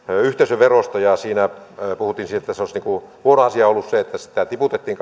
yhteisöverosta ja silloin puhuttiin siitä että olisi huono asia ollut se että sitä tiputettiin